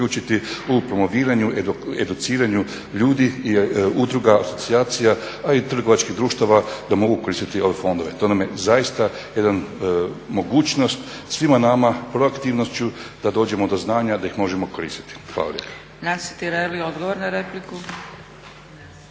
u promoviranju, educiranju ljudi i udruga, asocijacija, a i trgovačkih društava da mogu koristiti ove fondove. To nam je zaista jedna mogućnost svima nama, proaktivnošću da dođemo do znanja da ih možemo koristiti. Hvala lijepa. **Zgrebec,